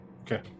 okay